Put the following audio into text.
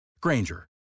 Granger